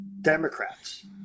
democrats